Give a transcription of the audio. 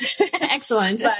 Excellent